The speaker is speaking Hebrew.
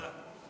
תודה.